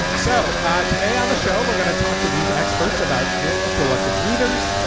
so today on the show, we're going to talk to these experts about dealing with reluctant readers,